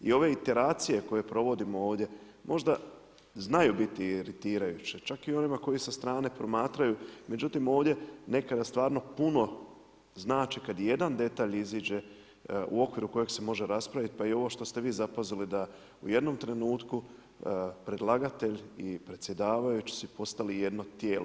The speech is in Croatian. I ove iteracije koje provodimo ovdje možda znaju biti iritirajuće čak i onima koji sa strane promatraju, međutim ovdje nekad stvarno puno znači kad jedan detalj iziđe u okviru kojeg se može raspraviti pa i ovo što ste vi zapazili da u jednom trenutku predlagatelj i predsjedavajući su postali jedno tijelo.